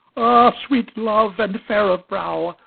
ah sweet love, and fair of brow,